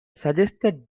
suggested